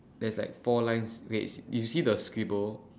there's like four lines okay yo~ you see the scribble